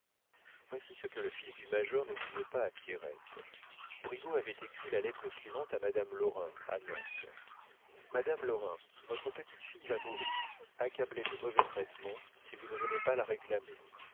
voici ce que le fils du major ne disait pas à pierrette brigaut avait écrit la lettre suivante à madame lorrain à nantes madame lorrain votre petite-fille va mourir accablée de mauvais traitements si vous ne venez pas la réclamer